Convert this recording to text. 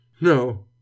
No